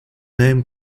name